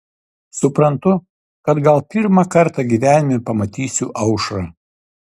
suprantu kad gal pirmą kartą gyvenime pamatysiu aušrą